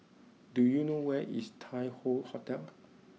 do you know where is Tai Hoe Hotel